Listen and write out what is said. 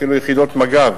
אפילו יחידות מג"ב